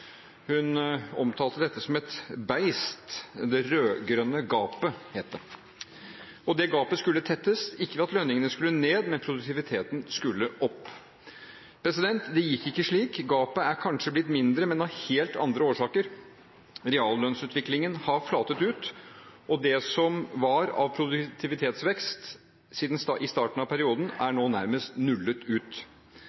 Hun omtalte dette som et beist. «Det rødgrønne gapet» het det. Og det gapet skulle tettes, ikke ved at lønningene skulle ned, men ved at produktiviteten skulle opp. Det gikk ikke slik. Gapet er kanskje blitt mindre, men av helt andre årsaker. Reallønnsutviklingen har flatet ut. Det som var av produktivitetsvekst i starten av perioden, er